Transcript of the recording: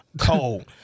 cold